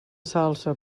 salsa